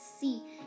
see